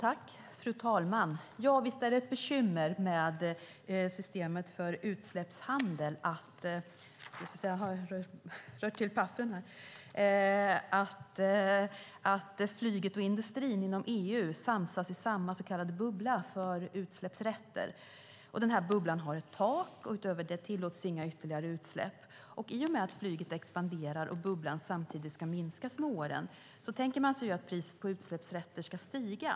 Fru talman! Visst är det bekymmer när det gäller systemet för utsläppshandel att flyget och industrin inom EU samsas i samma så kallade bubbla för utsläppsrätter. Bubblan har ett tak, och utöver det tillåts inga ytterligare utsläpp. I och med att flyget expanderar och bubblan samtidigt ska minskas med åren tänker man sig att priset på utsläppsrätter ska stiga.